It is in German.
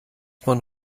man